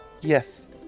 Yes